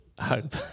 hope